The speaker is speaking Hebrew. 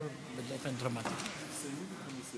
אין נמנעים ואין מתנגדים.